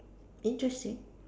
interesting